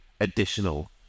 additional